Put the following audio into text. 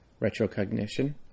retrocognition